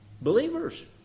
believers